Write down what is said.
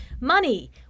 Money